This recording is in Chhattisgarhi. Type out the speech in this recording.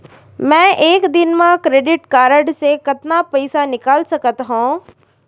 मैं एक दिन म क्रेडिट कारड से कतना पइसा निकाल सकत हो?